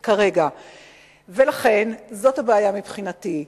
לכן, זאת הבעיה מבחינתי,